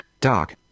Doc